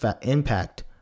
impact